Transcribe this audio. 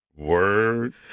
word